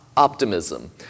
optimism